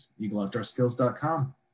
eagleoutdoorskills.com